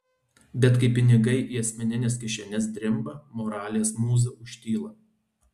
bet kai pinigai į asmenines kišenes drimba moralės mūza užtyla